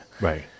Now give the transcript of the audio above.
Right